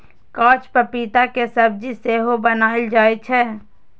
कांच पपीता के सब्जी सेहो बनाएल जाइ छै